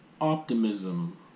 optimism